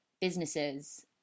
businesses